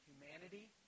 humanity